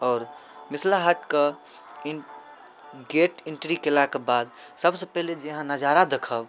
आओर मिथिला हाटके in gate entry कएलाके बाद सबसँ पहिले जे अहाँ नजारा देखब